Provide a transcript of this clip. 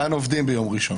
איפה תפורסם